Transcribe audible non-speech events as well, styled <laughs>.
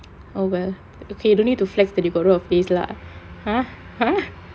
oh well okay don't need to flex the morale of face lah !huh! !huh! <laughs> not so subtle